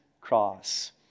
cross